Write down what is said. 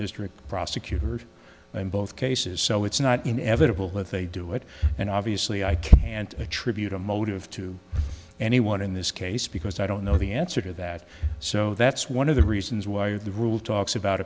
district prosecutors in both cases so it's not inevitable that they do it and obviously i can't attribute a motive to anyone in this case because i don't know the answer to that so that's one of the reasons why the rule talks about